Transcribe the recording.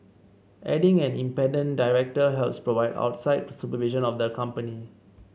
adding an independent director helps provide outside supervision of the company